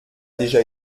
déjà